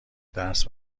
درس